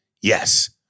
Yes